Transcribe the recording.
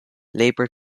labor